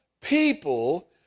people